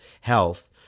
health